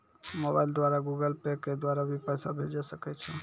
Mobile द्वारा Google Pay के द्वारा भी पैसा भेजै सकै छौ?